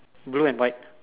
blue and white